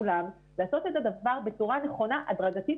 כולם לעשות את הדבר בצורה נכונה הדרגתית